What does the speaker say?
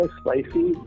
spicy